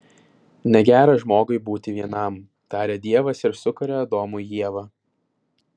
negera žmogui būti vienam taria dievas ir sukuria adomui ievą